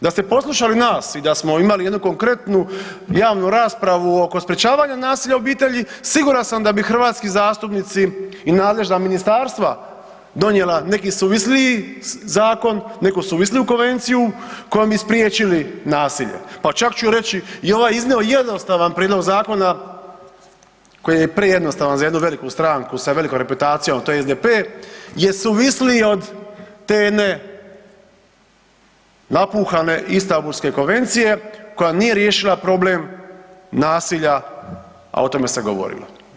Da ste poslušali nas i da smo imali jednu konkretnu javnu raspravu oko sprječavanja nasilja u obitelji siguran sam da bi hrvatski zastupnici i nadležna ministarstva donijela neki suvisliji zakon, neku suvisliju konvenciju kojom bi spriječili nasilje, pa čak ću reći i ovaj iznimno jednostavan prijedlog zakona koji je prejednostavan za jednu veliku stranku sa velikom reputacijom, a to je SDP, je suvisliji od te jedne napuhane Istambulske konvencije koja nije riješila problem nasilja, a o tome se govorilo.